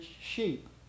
sheep